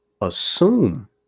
assume